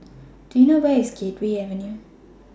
Do YOU know Where IS Gateway Avenue